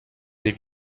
des